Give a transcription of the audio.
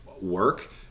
work